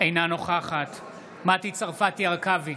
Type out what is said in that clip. אינה נוכחת מטי צרפתי הרכבי,